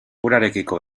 urarekiko